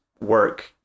work